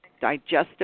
digestive